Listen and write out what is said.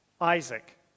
Isaac